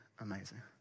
amazing